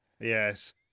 Yes